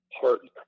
partner